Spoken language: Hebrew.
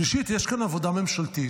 שלישית יש כאן עבודה ממשלתית,